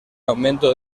aumento